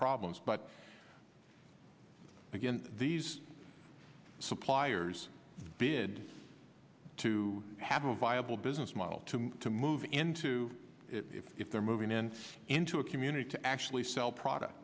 problems but again these suppliers bid to have a viable business model to move into if they're moving in into a community to actually sell product